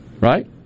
Right